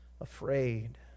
afraid